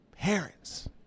parents